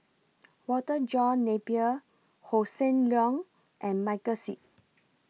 Walter John Napier Hossan Leong and Michael Seet